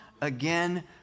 again